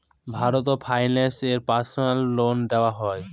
Bharat finance এ personal loan দেওয়া হয়?